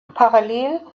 parallel